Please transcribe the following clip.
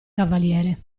cavaliere